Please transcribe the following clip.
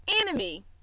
enemy